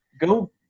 go